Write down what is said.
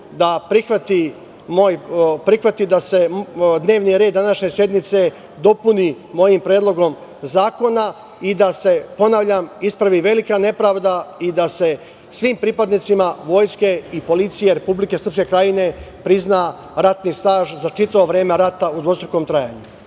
da prihvati da se dnevni red današnje sednice dopuni mojim predlogom zakona i da se, ponavljam, ispravi velika nepravda i da se svim pripadnicima Vojske i Policije Republike Srpske Krajine prizna ratni staž za čitavo vreme rata u dvostrukom trajanju.